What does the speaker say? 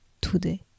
today